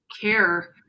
care